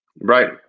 Right